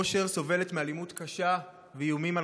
אושר סובלת מאלימות קשה ואיומים על